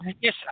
Yes